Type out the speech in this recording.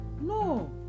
No